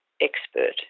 expert